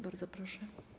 Bardzo proszę.